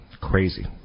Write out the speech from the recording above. Crazy